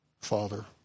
Father